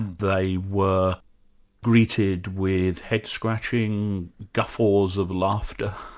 they were greeted with head-scratching, guffaws of laughter.